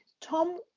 Tom